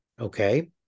okay